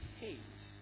hate